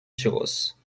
tyrosse